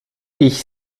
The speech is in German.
ich